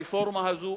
הרפורמה הזו,